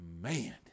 man